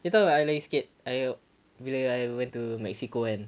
you [tau] ah I lagi sikit I bila I went to mexico kan